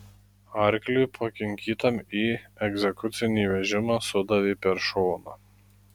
arkliui pakinkytam į egzekucinį vežimą sudavė per šoną